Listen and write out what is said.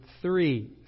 three